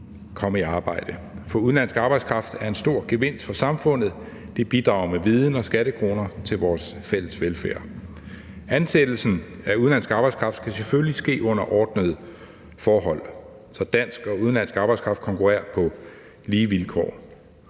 komme i arbejde. For udenlandsk arbejdskraft er en stor gevinst for samfundet. Det bidrager med viden og skattekroner til vores fælles velfærd. Ansættelsen af udenlandsk arbejdskraft skal selvfølgelig ske under ordnede forhold, så dansk og udenlandsk arbejdskraft konkurrerer på lige vilkår.